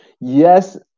Yes